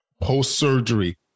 Post-surgery